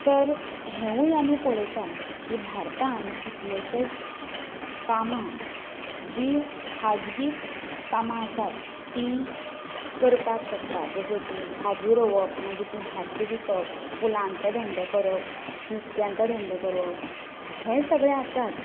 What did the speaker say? तर हेंवूय आमी पळयतात की भारतांत कितलेशेच कामां जीं खाजगी कामां आसात तीं करपाक शकतात जशें की भाजी रोवप मागीर ती भाजी विकप फुलांचो धंदो करप नुस्त्याचो धंदो करप हें सगळें आसाच